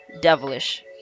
devilish